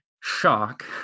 shock